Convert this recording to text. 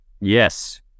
Yes